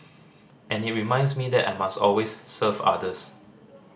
and it reminds me that I must always serve others